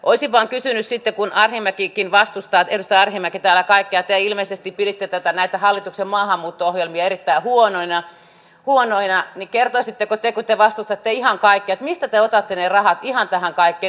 olisin vain kysynyt että kun edustaja arhinmäkikin vastustaa täällä kaikkea ilmeisesti piditte näitä hallituksen maahanmuutto ohjelmia erittäin huonoina niin kertoisitteko te kun te vastustatte ihan kaikkea mistä te otatte ne rahat ihan tähän kaikkeen